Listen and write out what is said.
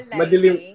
madilim